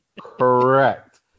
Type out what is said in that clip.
Correct